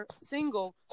single